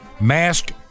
Mask